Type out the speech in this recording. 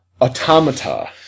Automata